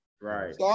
Right